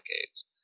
decades